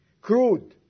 crude